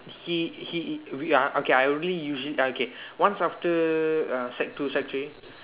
he he we uh okay I only usually uh okay once after uh sec two sec three